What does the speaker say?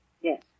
Yes